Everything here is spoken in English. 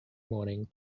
morning